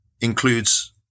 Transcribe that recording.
includes